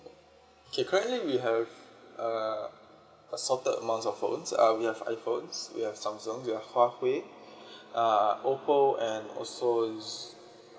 okay currently we have uh assorted amounts of phones uh we have iphones we have samsung we have huawei uh oppo and also